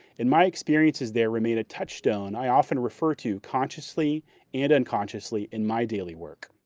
and my experiences there remain a touchstone i often refer to consciously and unconsciously in my daily work.